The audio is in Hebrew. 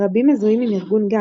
רבים מזוהים עם ארגון גג,